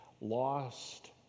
lost